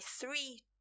three